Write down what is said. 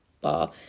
bar